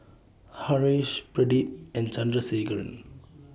Haresh Pradip and Chandrasekaran